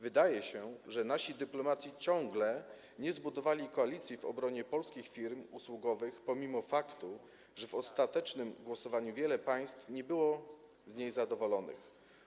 Wydaje się, że nasi dyplomaci ciągle nie zbudowali koalicji w obronie polskich firm usługowych pomimo faktu, że w ostatecznym głosowaniu wiele państw nie było z niej zadowolonych.